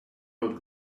not